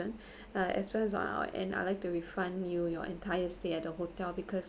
uh as well as uh uh and I'd like to refund you your entire stay at the hotel because